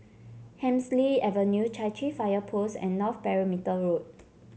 Hemsley Avenue Chai Chee Fire Post and North Perimeter Road